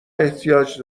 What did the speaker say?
احتیاج